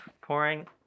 Pouring